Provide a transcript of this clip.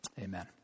Amen